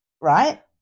right